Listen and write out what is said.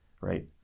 Right